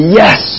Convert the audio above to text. yes